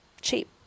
cheap